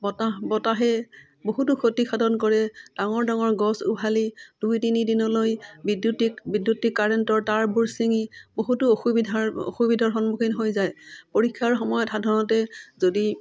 বতাহ বতাহে বহুতো ক্ষতি সাধন কৰে ডাঙৰ ডাঙৰ গছ উঘালি দুই তিনিদিনলৈ বৈদ্যুতিক বৈদ্যুতিক কাৰেণ্টৰ তাঁৰবোৰ ছিঙি বহুতো অসুবিধাৰ অসুবিধাৰ সন্মুখীন হৈ যায় পৰীক্ষাৰ সময়ত সাধাৰণতে যদি